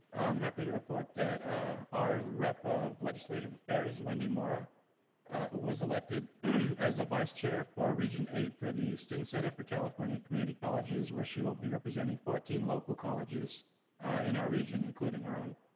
i'm happy to report that our rep of legislative affairs, wendy maura ah was elected as the vice chair for region eight for the student center for california community colleges where she will be representing fourteen local colleges in our region including our own.